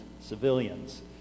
civilians